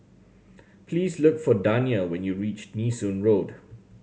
please look for Dania when you reach Nee Soon Road